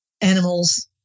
animals